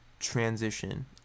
transition